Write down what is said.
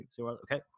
Okay